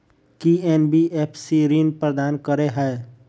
की NBFC ऋण प्रदान करे है?